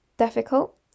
Difficult